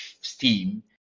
steam